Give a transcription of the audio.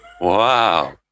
Wow